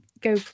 go